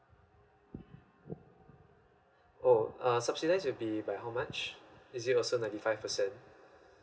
oh uh subsidies will be by how much is it also ninety five percent